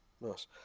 Nice